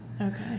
okay